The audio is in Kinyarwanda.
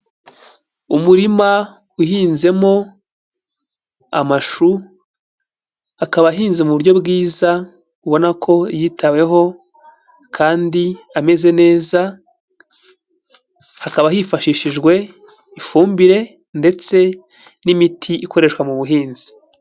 Umurima uhinzemo amashu, akaba ahinze mu buryo bwiza ubona ko yitaweho kandi ameze neza, hakaba hifashishijwe ifumbire ndetse n'imiti ikoreshwa mu buhinzi.